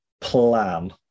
plan